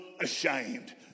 ashamed